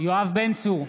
יואב בן צור,